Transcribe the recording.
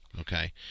okay